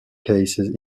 cases